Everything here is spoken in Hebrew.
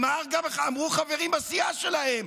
אמרו גם חברים בסיעה שלהם,